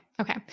okay